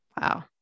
Wow